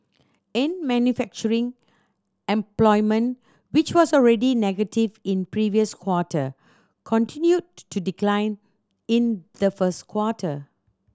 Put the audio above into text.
in manufacturing employment which was already negative in previous quarter continued to decline in the first quarter